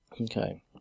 Okay